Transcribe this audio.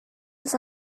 his